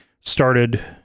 started